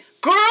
Girl